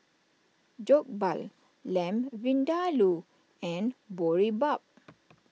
Jokbal Lamb Vindaloo and Boribap